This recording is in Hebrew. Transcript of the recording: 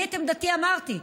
אני את עמדתי אמרתי.